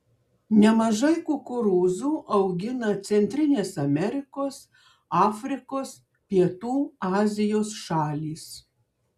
nemažai kukurūzų augina centrinės amerikos afrikos pietų azijos šalys